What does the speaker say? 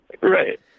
Right